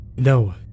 No